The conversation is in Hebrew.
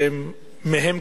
שמהן,